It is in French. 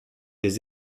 des